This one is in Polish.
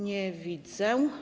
Nie widzę.